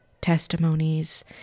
testimonies